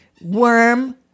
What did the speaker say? worm